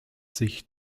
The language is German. sich